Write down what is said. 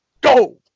go